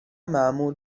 معمول